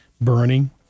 Burning